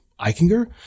Eichinger